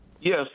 Yes